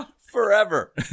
forever